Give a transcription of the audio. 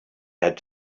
had